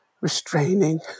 restraining